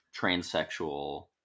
transsexual